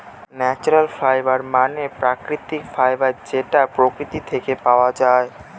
natural fibre মানে প্রাকৃতিক fibre যেটা প্রকৃতি থেকে পাওয়া যায়